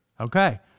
Okay